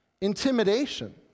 Intimidation